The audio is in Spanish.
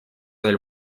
del